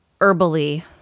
herbally